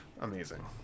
amazing